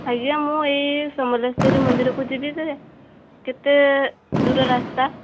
ଆଜ୍ଞା ମୁଁ ଏଇ ସମଲେଶ୍ୱର ମନ୍ଦିରକୁ ଯିବି ଜେ କେତେ ଦୂର ରାସ୍ତା